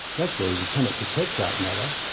naturally, we cannot detect dark matter,